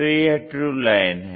तो यह true line है